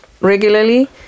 regularly